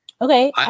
Okay